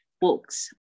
books